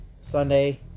Sunday